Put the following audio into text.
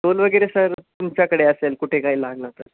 toll वगैरे sir तुमच्याकडे असेल कुठे काही लागला तर